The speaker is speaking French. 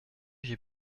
j’ai